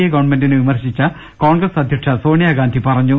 A ഗവൺമെന്റിനെ വിമർശിച്ച കോൺഗ്രസ് അധ്യക്ഷ സോണിയഗാന്ധി പറഞ്ഞു